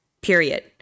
period